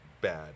bad